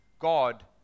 God